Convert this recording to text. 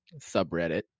subreddit